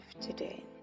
today